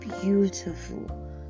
beautiful